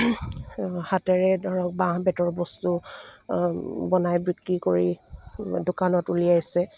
হাতেৰে ধৰক বাঁহ বেতৰ বস্তু বনাই বিক্ৰী কৰি দোকানত উলিয়াইছে